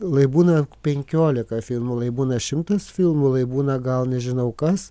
lai būna penkiolika filmų lai būna šimtas filmų lai būna gal nežinau kas